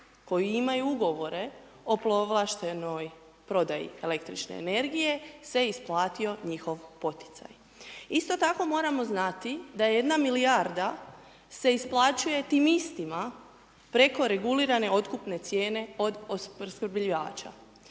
koji imaju ugovore o povlaštenoj prodaji električne energije se isplatio njihov poticaj. Isto tako moramo znati da jedna milijarda se isplaćuje tim istima preko regulirane otkupne cijene od opskrbljivača.